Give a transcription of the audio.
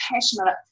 passionate